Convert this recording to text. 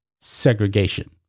segregation